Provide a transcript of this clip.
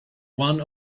one